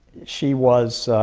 she was